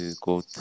go